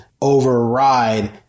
override